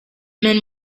men